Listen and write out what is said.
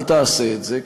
אל תעשה את זה,